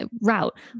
route